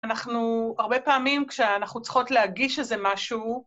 אנחנו הרבה פעמים כשאנחנו צריכות להגיש איזה משהו